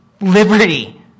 liberty